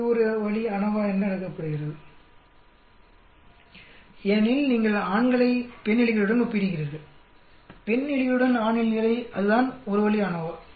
இது ஒரு வழி அநோவா என்று அழைக்கப்படுகிறது ஏனெனில் நீங்கள் ஆண்களை பெண் எலிகளுடன் ஒப்பிடுகிறீர்கள் பெண் எலிகளுடன் ஆண் எலிகளை அதுதான் ஒரு வழி அநோவா